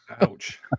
Ouch